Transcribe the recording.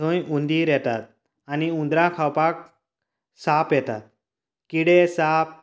थंय हुंदीर येतात आनी हुंदरांक खावपाक साप येतात किडें साप